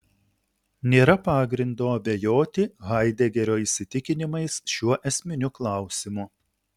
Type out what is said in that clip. nėra pagrindo abejoti haidegerio įsitikinimais šiuo esminiu klausimu